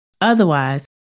Otherwise